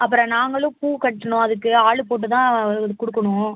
அப்புறம் நாங்களும் பூ கட்கணும் அதற்கு ஆள் போட்டு தான் இது கொடுக்குணும்